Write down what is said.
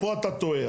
פה אתה טועה'.